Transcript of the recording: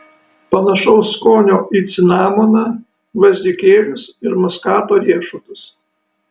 panašaus skonio į cinamoną gvazdikėlius ir muskato riešutus